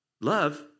love